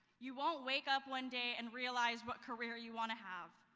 you won't wake up one day and realize what career you want to have.